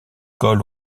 cols